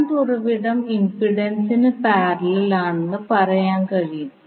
current ഉറവിടം ഇംപിഡൻസിന് parallel ആണെന്ന് പറയാൻ കഴിയും